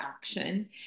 action